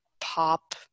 pop